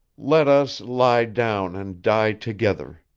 let us lie down and die together,